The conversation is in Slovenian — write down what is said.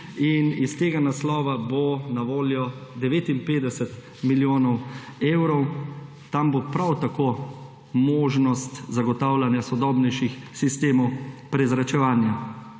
Iz tega naslova bo na voljo 59 milijonov evrov. Tam bo prav tako možnost zagotavljanja sodobnejših sistemov prezračevanja.